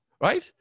right